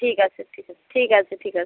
ঠিক আছে ঠিক আছে ঠিক আছে ঠিক আছে